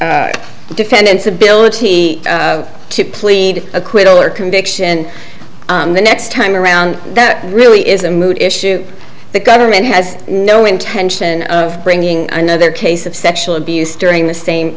defendant's ability to plead acquittal or conviction the next time around that really is a moot issue the government has no intention of bringing another case of sexual abuse during the same